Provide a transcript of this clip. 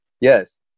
Yes